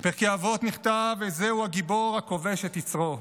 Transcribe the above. בפרקי אבות נכתב: "איזהו גיבור, הכובש את יצרו".